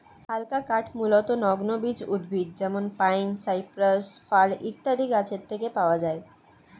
হালকা কাঠ মূলতঃ নগ্নবীজ উদ্ভিদ যেমন পাইন, সাইপ্রাস, ফার ইত্যাদি গাছের থেকে পাওয়া যায়